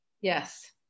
Yes